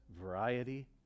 variety